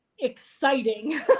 exciting